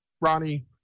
Ronnie